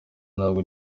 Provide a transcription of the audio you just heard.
ntabwo